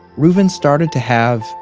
reuven started to have,